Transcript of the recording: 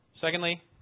Secondly